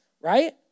right